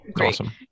Awesome